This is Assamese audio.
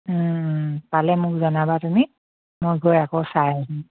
পালে মোক জনাবা তুমি মই গৈ আকৌ চাই আহিম